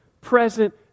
present